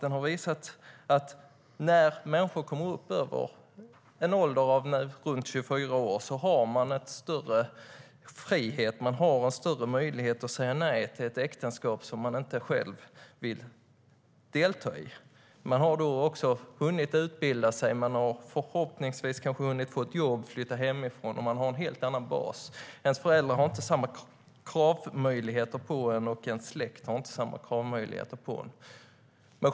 Den har visat att när människor kommer upp i en ålder av omkring 24 år har de större frihet och större möjlighet att säga nej till ett äktenskap som de inte själva vill ingå. De har hunnit utbilda sig, förhoppningsvis fått jobb och flyttat hemifrån och har därmed en helt annan bas. Föräldrarna och släkten har inte samma möjlighet att ställa krav.